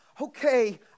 okay